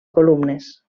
columnes